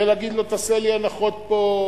ולהגיד לו: תעשה לי הנחות פה,